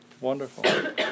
Wonderful